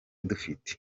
dufite